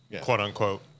quote-unquote